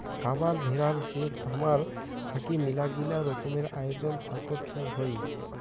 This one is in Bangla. খারার ভেড়ার যে খামার থাকি মেলাগিলা রকমের আয়োজন থাকত হই